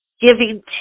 giving